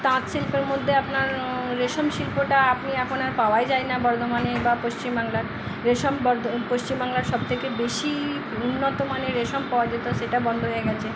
তাঁত শিল্পের মধ্যে আপনার রেশম শিল্পটা আপনি এখন আর পাওয়াই যায় না বর্ধমানে বা পশ্চিম বাংলায় রেশম বর্দ পশ্চিম বাংলার সব থেকে বেশি উন্নতমানের রেশম পাওয়া যেতো সেটা বন্ধ হয়ে গেছে